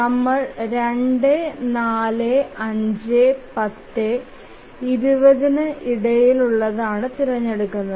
നമ്മൾ 2 4 5 10 20 നും ഇടയിൽ തിരഞ്ഞെടുക്കണം